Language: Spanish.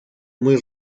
muy